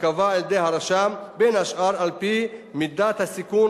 ייקבע על-ידי הרשם בין השאר על-פי מידת הסיכון